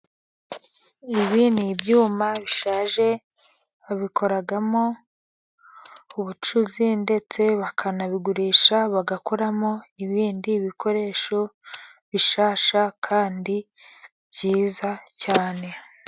Ibi ni ibyuma bishaje, babikoramo ubucuzi, ndetse bakanabigurisha bagakoramo ibindi bikoresho bishyashya kandi byiza cyane.